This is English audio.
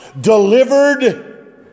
delivered